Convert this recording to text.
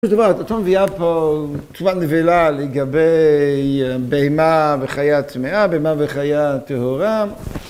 יש דבר, את אותו מביאה פה טומאת נבלה לגבי בהמה וחיה טמאה, בהמה וחיה טהורה